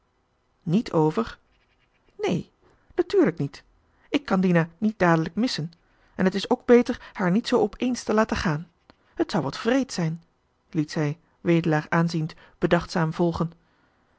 niet over neen natuurlijk niet ik kan dina niet dadelijk missen en het is ook beter haar niet zoo opééns te laten gaan het zou wat wreed zijn liet zij wedelaar aanziend bedachtzaam volgen